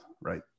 right